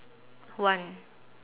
one